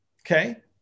Okay